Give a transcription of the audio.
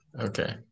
Okay